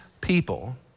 people